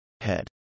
Head